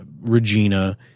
regina